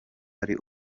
ari